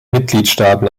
mitgliedstaaten